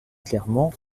clairement